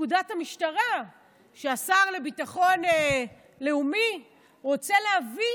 לפקודת המשטרה שהשר לביטחון לאומי רוצה להביא